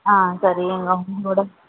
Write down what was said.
ஆ சரி எங்கள் உங்களோட